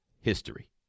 history